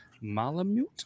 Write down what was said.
malamute